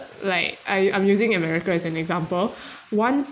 like I I'm using america as an example one